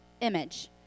image